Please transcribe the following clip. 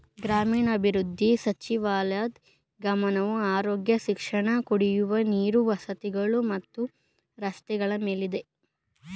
ಗ್ರಾಮೀಣಾಭಿವೃದ್ಧಿ ಸಚಿವಾಲಯದ್ ಗಮನವು ಆರೋಗ್ಯ ಶಿಕ್ಷಣ ಕುಡಿಯುವ ನೀರು ವಸತಿಗಳು ಮತ್ತು ರಸ್ತೆಗಳ ಮೇಲಿದೆ